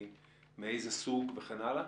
מאיזה סוג וכן הלאה?